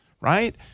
right